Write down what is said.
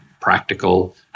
practical